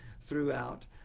throughout